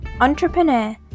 entrepreneur